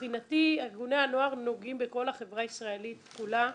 מבחינתי ארגוני הנוער נוגעים בכל החברה הישראלית כולה,